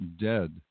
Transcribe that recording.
dead